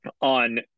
on